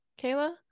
Kayla